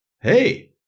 Hey